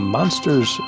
Monsters